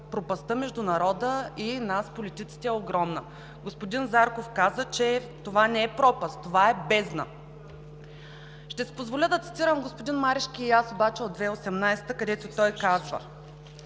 пропастта между народа и нас политиците е огромна. Господин Зарков каза, че това не е пропаст, това е бездна! Ще си позволя да цитирам господин Марешки и аз от 2018 г., където той казва: